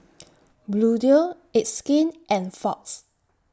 Bluedio It's Skin and Fox